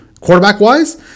quarterback-wise